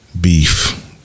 beef